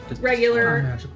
Regular